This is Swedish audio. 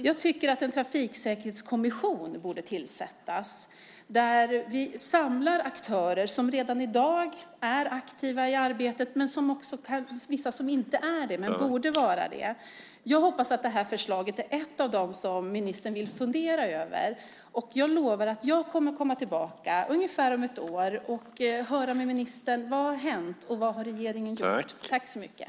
Jag tycker att en trafiksäkerhetskommission borde tillsättas där vi samlar aktörer som redan i dag är aktiva i arbetet men också vissa som inte är det men borde vara det. Jag hoppas att det här förslaget är ett av dem som ministern vill fundera över. Jag lovar att jag kommer tillbaka om ungefär ett år för att höra med ministern vad som har hänt och vad regeringen har gjort.